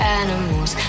animals